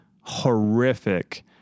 horrific